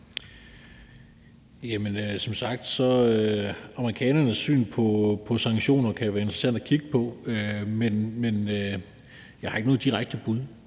amerikanernes syn på sanktioner være interessant at kigge på, men jeg har ikke noget direkte bud.